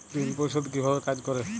ঋণ পরিশোধ কিভাবে কাজ করে?